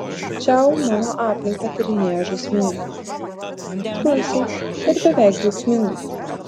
čiau mano aplinką tyrinėjo žaismingai smalsiai ir beveik džiaugsmingai